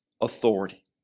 authority